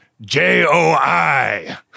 J-O-I